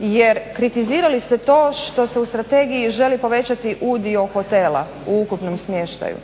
jer kritizirali ste to što se u strategiji želi povećati udio hotela u ukupnom smještaju.